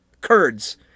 Kurds